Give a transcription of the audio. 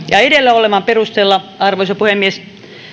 edellä olevan perusteella arvoisa puhemies